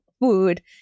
food